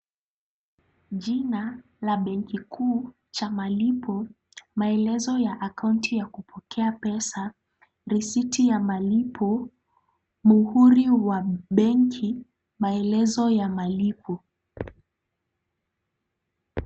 Jina la benki kuu cha malipo, maelezo ya akaunti ya kupokea pesa, risiti ya malipo, muhuri wa benki, maelezo ya malipo.